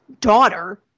daughter